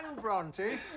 Bronte